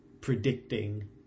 predicting